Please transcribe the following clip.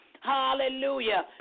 Hallelujah